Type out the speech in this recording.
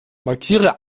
markiere